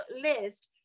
list